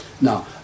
Now